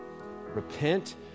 Repent